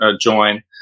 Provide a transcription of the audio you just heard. join